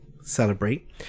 celebrate